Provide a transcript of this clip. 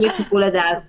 להפעיל את שיקול הדעת.